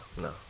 No